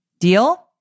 Deal